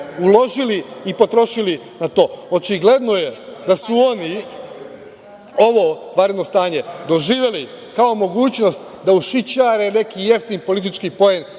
uložili i potrošili na to. Očigledno je da su oni ovo vanredno stanje doživeli kao mogućnost da ušićare neki jeftin politički poen,